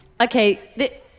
Okay